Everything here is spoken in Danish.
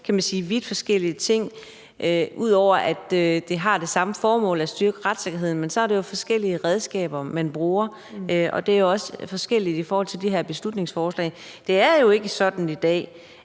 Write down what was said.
er jo to vidt forskellige ting – ud over at der er tale om det samme formål, nemlig at styrke retssikkerheden. Men det er jo forskellige redskaber, man bruger, og det er også forskelligt i forhold til det her beslutningsforslag. Det er jo ikke sådan i dag,